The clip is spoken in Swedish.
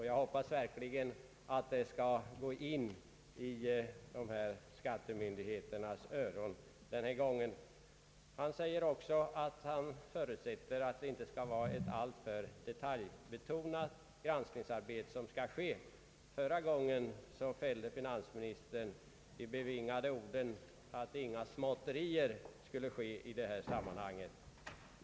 Jag hoppas verkligen att det skall gå in i skattemyndigheternas öron denna gång. Statsrådet säger också att han förutsätter att det inte skall vara ett alltför detaljbetonat granskningsarbete. Förra gången fällde finansministern det bevingade ordet att inga småtterier skulle ske i detta sammanhang.